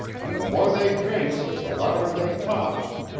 and the more they drinks the louder they talks.